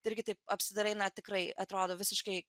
irgi taip apsidairai na tikrai atrodo visiškai